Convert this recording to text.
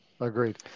Agreed